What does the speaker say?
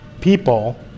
people